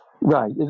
Right